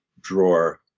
drawer